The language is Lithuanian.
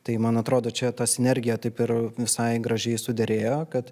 tai man atrodo čia ta sinergija taip ir visai gražiai suderėjo kad